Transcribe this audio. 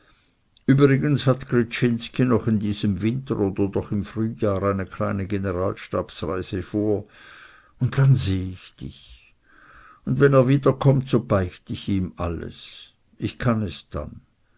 übrigens hat gryczinski noch in diesem winter oder doch im frühjahr eine kleine generalstabsreise vor und dann sehe ich dich und wenn er wiederkommt so beicht ich ihm alles ich kann es dann